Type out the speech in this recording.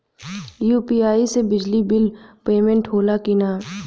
UPI से बिजली bill payment होला कि न?